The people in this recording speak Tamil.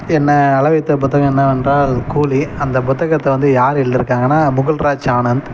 என்னை அழவைத்த புத்தகம் என்னவென்றால் கூலி அந்த புத்தகத்தை வந்து யார் எழுதிருக்காங்கன்னா புகழ்ராஜ் ஆனந்த்